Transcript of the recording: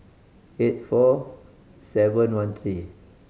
eight four seven one three